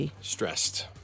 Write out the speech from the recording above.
stressed